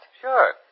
Sure